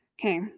Okay